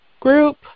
group